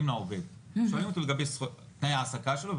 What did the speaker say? שואלים אותו לגבי תנאי ההעסקה שלו,